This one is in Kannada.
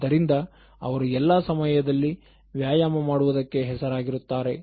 ಆದ್ದರಿಂದ ಅವರು ಎಲ್ಲಾ ಸಮಯದಲ್ಲಿ ವ್ಯಾಯಾಮ ಮಾಡುವುದಕ್ಕೆ ಹೆಸರಾಗಿರುತ್ತಾರೆ